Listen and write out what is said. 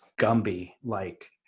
Gumby-like